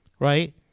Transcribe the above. right